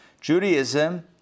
Judaism